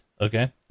Okay